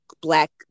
black